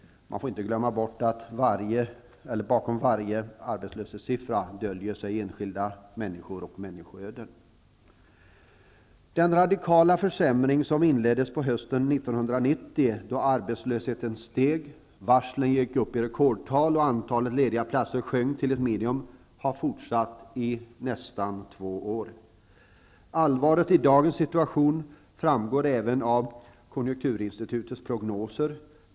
Vi får inte glömma bort att bakom varje arbetslöshetssiffra döljer sig enskilda människor och öden. Den radikala försämring som inleddes hösten 1990, då arbetslösheten steg, varslen uppnådde rekordtal och antalet lediga plaser sjönk till ett minimum, har fortsatt i nästan två år. Allvaret i dagens situation framgår även av konjunkturinstitutets prognoser.